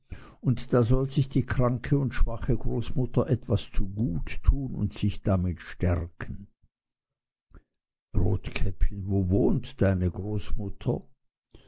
gebacken da soll sich die kranke und schwache großmutter etwas zugut tun und sich damit stärken rotkäppchen wo wohnt deine großmutter